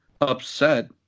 upset